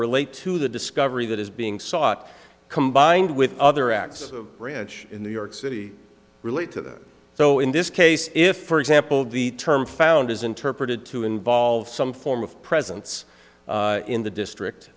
relate to the discovery that is being sought combined with other acts of bridge in new york city relate to that so in this case if for example the term found is interpreted to involve some form of presence in the district